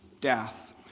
death